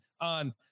on